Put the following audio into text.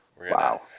Wow